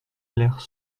l’ère